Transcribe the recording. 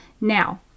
Now